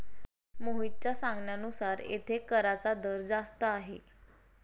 मोहितच्या सांगण्यानुसार येथे कराचा दर जास्त आहे